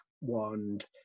wand